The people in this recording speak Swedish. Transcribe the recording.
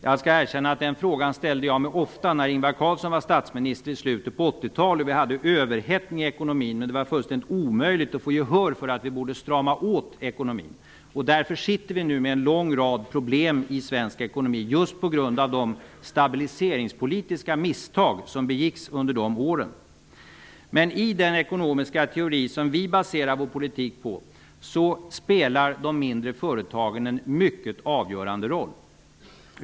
Jag skall erkänna att jag ofta ställde mig den frågan när Ingvar Carlsson var statsminister i slutet på 80-talet och vi hade en överhettning i ekonomin. Då var det fullständigt omöjligt att få gehör för att vi borde strama åt ekonomin. Därför sitter vi nu med en lång rad problem i svensk ekonomi. De beror på de stabiliseringspolitiska misstag som begicks under dessa år. I den ekonomiska teori som vi baserar vår politik på spelar de mindre företagen en mycket avgörande roll.